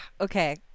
Okay